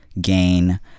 gain